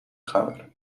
خبره